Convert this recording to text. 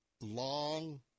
long